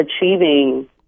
achieving